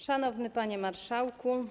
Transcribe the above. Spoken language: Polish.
Szanowny Panie Marszałku!